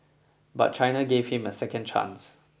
but China gave him a second chance